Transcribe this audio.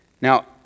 Now